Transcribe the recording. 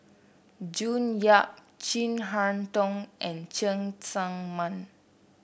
June Yap Chin Harn Tong and Cheng Tsang Man